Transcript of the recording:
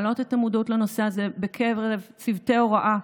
ולהעלות את המודעות לנושא הזה בקרב צוותי הוראה,